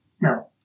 no